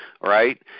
right